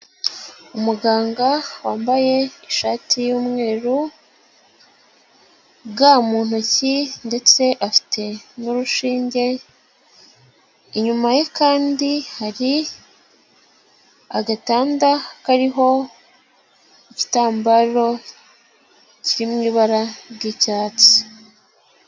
Umuganga wambaye ishati y'umweru, ga mu ntoki ndetse afite n'urushinge, inyuma ye kandi hari agatanda kariho igitambaro kiri mu ibara ry'icyatsi.